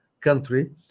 country